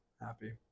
happy